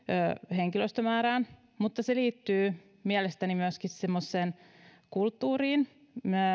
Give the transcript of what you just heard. henkilöstömäärään mutta se liittyy mielestäni myöskin semmoiseen kulttuuriin